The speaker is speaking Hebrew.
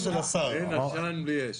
אין עשן בלי אש.